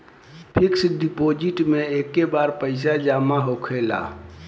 fix deposit मे एके बार पैसा जामा होखेला